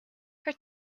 her